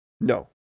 No